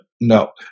No